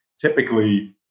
typically